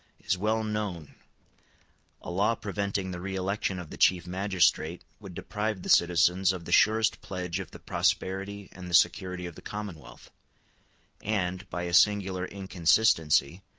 is well known a law preventing the re-election of the chief magistrate would deprive the citizens of the surest pledge of the prosperity and the security of the commonwealth and, by a singular inconsistency,